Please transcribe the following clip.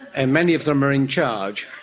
and many of them are in charge.